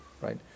right